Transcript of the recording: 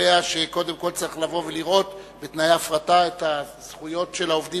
הקובע שקודם כול צריך לבוא ולראות בתנאי ההפרטה את הזכויות של העובדים,